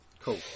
Cool